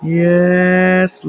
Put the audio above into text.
yes